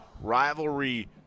rivalry